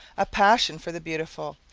a passion for the beautiful,